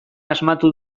asmatu